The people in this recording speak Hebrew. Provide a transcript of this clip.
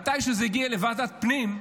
כשזה הגיע לוועדת הפנים,